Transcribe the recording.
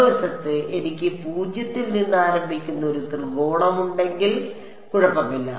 മറുവശത്ത് എനിക്ക് പൂജ്യത്തിൽ നിന്ന് ആരംഭിക്കുന്ന ഒരു ത്രികോണമുണ്ടെങ്കിൽ കുഴപ്പമില്ല